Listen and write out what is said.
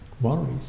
worries